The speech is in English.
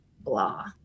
blah